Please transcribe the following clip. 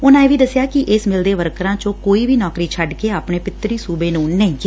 ਉਨ੍ਨਾਂ ਇਹ ਵੀ ਦਸਿਆ ਕਿ ਇਸ ਮਿੱਲ ਦੇ ਵਰਕਰਾਂ ਚੋ ਕੇਂਈ ਵੀ ਨੌਕਰੀ ਛੱਡ ਕੇ ਆਪਣੇ ਪਿੱਤਰੀ ਸੂਬੇ ਨ੍ਨ ਨਹੀ ਗਿਆ